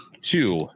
two